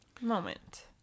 moment